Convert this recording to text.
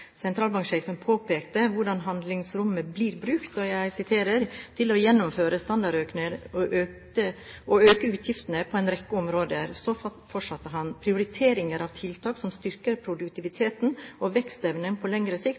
Sentralbanksjefen påpekte hvordan handlingsrommet blir brukt «til å gjennomføre standardøkninger og øke utgiftene på en rekke områder.» Så fortsatte han: «Prioriteringer av tiltak som styrker produktiviteten og vekstevnen på lengre sikt,